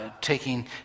taking